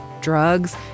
drugs